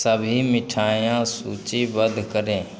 सभी मिठाईयाँ सूचीबद्ध करें